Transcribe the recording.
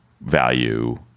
value